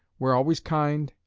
were always kind,